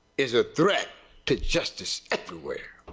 is ah threat to justice everywhere.